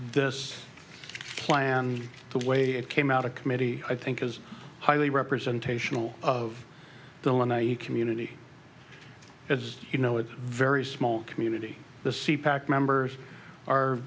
this plan the way it came out of committee i think is highly representational of the e u community as you know it's very small community the sea pact members are